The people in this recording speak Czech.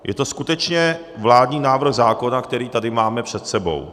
Je to skutečně vládní návrh zákona, který tady máme před sebou.